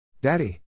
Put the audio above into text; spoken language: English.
Daddy